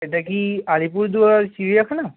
এটা কি আলিপুরদুয়ার চিড়িয়াখানা